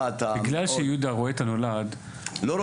--- בגלל שיהודה רואה את הנולד --- לא רואה.